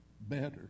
better